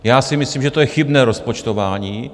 Já si myslím, že to je chybné rozpočtování.